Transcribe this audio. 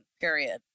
period